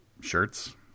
shirts